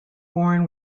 born